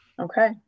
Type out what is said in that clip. Okay